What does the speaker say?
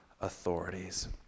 authorities